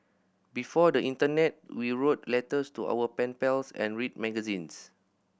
before the internet we wrote letters to our pen pals and read magazines